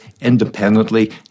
independently